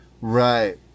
Right